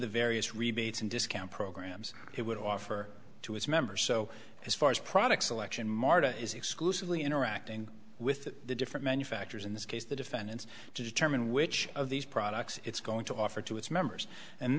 the various rebates and discount programs it would offer to its members so as far as products selection martha is exclusively interacting with the different manufacturers in this case the defendants to determine which of these products it's going to offer to its members and